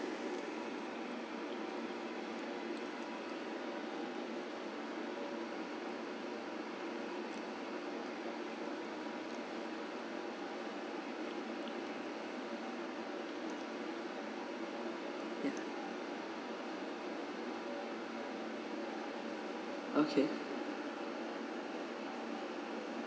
okay